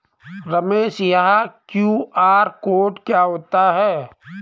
रमेश यह QR code क्या होता है?